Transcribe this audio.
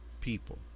people